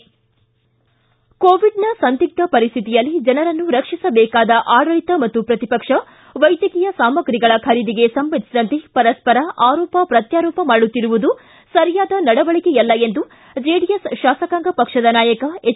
ಕೋವಿಡ್ನ ಸಂದಿಗ್ಧ ಪರಿಶ್ಠಿತಿಯಲ್ಲಿ ಜನರನ್ನು ರಕ್ಷಿಸಬೇಕಾದ ಆಡಳಿತ ಮತ್ತು ಪ್ರತಿಪಕ್ಷ ವೈದ್ಯಕೀಯ ಸಾಮಗ್ರಿಗಳ ಖರೀದಿಗೆ ಸಂಬಂಧಿಸಿದಂತೆ ಪರಸ್ಪರ ಆರೋಪ ಪ್ರತ್ಯಾರೋಪ ಮಾಡುತ್ತಿರುವುದು ಸರಿಯಾದ ನಡವಳಕೆಯಲ್ಲ ಎಂದು ಜೆಡಿಎಸ್ ಶಾಸಕಾಂಗ ಪಕ್ಷದ ನಾಯಕ ಎಚ್